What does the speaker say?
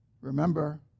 Remember